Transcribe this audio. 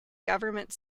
government